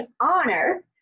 honor